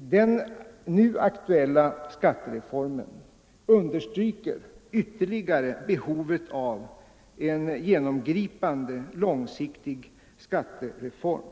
Den nu aktuella skattereformen understryker ytterligare behovet av en genomgripande, långsiktig skattereform.